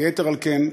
ויתר על כן,